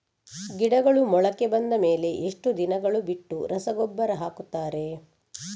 ಗಿಡಗಳು ಮೊಳಕೆ ಬಂದ ಮೇಲೆ ಎಷ್ಟು ದಿನಗಳು ಬಿಟ್ಟು ರಸಗೊಬ್ಬರ ಹಾಕುತ್ತಾರೆ?